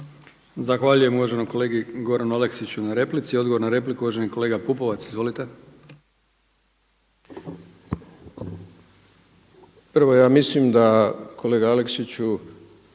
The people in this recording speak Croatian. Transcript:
Zahvaljujem uvaženom kolegi Goranu Aleksiću na replici. Odgovor na repliku uvaženi kolega Pupovac. **Pupovac, Milorad (SDSS)** Prvo, ja mislim da kolega Aleksiću